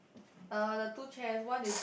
uh the two chairs one is